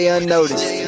Unnoticed